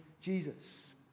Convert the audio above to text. Jesus